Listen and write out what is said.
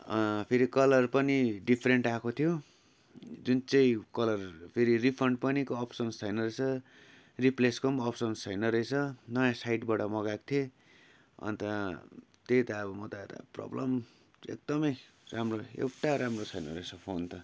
फेरि कलर पनि डिफ्रेन्ट आएको थियो जुन चाहिँ कलर फेरि रिफन्ड पनिको अप्सन्स छैन रहेछ रिप्लेसको पनि अप्सन छैन रहेछ नयाँ साइटबाट मगाएको थिएँ अन्त त्यही त अब म त यहाँ त प्रब्लम एकदमै राम्रो एउटा राम्रो छैन रहेछ फोन त